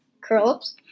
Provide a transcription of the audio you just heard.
curl-ups